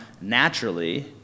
naturally